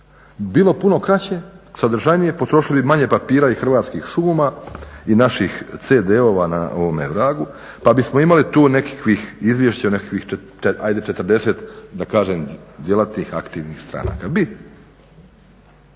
Bilo je puno kraće, sadržajnije, potrošili manje papira i hrvatskih šuma i vaših CD-ova na ovome vragu pa bismo imali tu nekakvih izvješća, nekakvih ajde 40, da kažem djelatnih aktivnih stranaka,